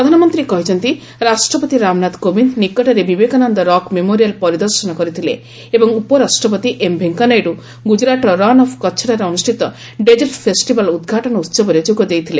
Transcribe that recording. ପ୍ରଧାନମନ୍ତ୍ରୀ କହିଛନ୍ତି ରାଷ୍ଟ୍ରପତି ରାମନାଥ କୋବିନ୍ଦ ନିକଟରେ ବିବେକାନନ୍ଦ ରକ୍ ମେମୋରିଆଲ୍ ପରିଦର୍ଶନ କରିଥିଲେ ଏବଂ ଉପରାଷ୍ଟ୍ରପତି ଏମ୍ ଭେଙ୍କିଆ ନାଇଡୁ ଗୁକରାଟ୍ର ରନ୍ ଅଫ୍ କଚ୍ଚଠାରେ ଅନୁଷ୍ଠିତ 'ଡେଜର୍ଟ ଫେଷ୍ଟିଭାଲ୍' ଉଦ୍ଘାଟନ ଉହବରେ ଯୋଗ ଦେଇଥିଲେ